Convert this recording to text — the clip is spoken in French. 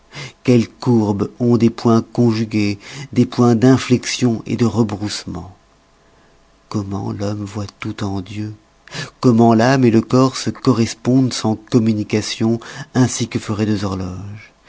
quelles courbes ont des points conjugués des points d'inflexion de remboursement comment l'homme voit tout en dieu comment l'ame les corps se correspondent sans communication ainsi que feroient deux horloges